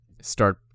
start